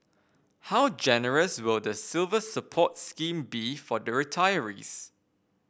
how generous will the Silver Support scheme be for the retirees